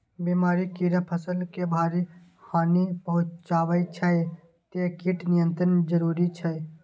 बीमारी, कीड़ा फसल के भारी हानि पहुंचाबै छै, तें कीट नियंत्रण जरूरी छै